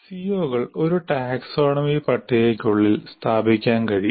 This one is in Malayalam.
സിഒകൾ ഒരു ടാക്സോണമി പട്ടികയ്ക്കുള്ളിൽ സ്ഥാപിക്കാൻ കഴിയും